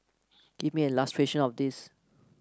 give me an illustration of this